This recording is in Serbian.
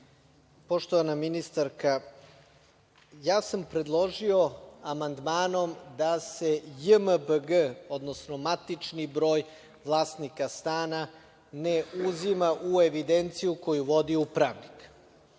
poštovana ministarka, ja sam predložio amandmanom da se JMBG odnosno matični broj vlasnika stana ne uzima u evidenciju koju vodi upravnik.